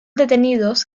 detenidos